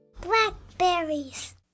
Blackberries